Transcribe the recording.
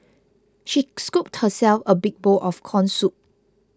she scooped herself a big bowl of Corn Soup